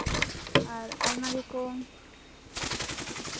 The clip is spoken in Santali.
ᱟᱨ ᱟᱭᱢᱟ ᱨᱚᱠᱚᱢ